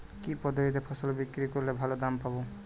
কি পদ্ধতিতে ফসল বিক্রি করলে ভালো দাম পাব?